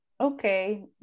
okay